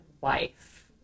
wife